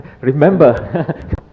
remember